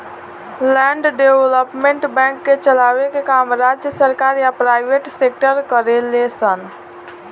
land development bank के चलाए के काम राज्य सरकार या प्राइवेट सेक्टर करेले सन